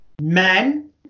men